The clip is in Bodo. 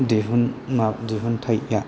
दिहुन माबा दिहुनथाया